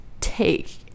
take